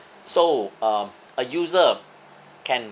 so um a user can